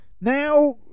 now